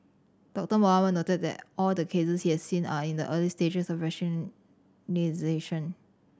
Doctor Mohamed noted that all the cases he has seen are in the early stages of